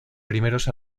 primeros